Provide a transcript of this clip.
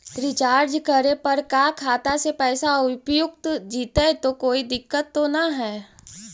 Recharge करे पर का खाता से पैसा उपयुक्त जितै तो कोई दिक्कत तो ना है?